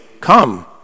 Come